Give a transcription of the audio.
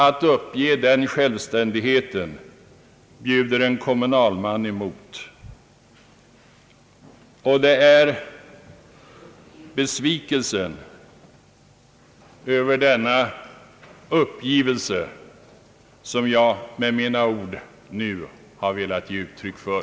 Att uppge den självständigheten bjuder en kommunalman emot, och det är besvikelsen över denna uppgivelse som jag med mina ord nu har velat ge uttryck för.